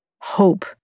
hope